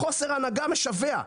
חוסר הנהגה משווע.